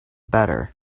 better